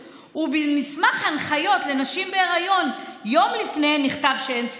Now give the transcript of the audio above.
ובמסמך הנחיות לנשים בהיריון יום לפני נכתב שאין סיכון?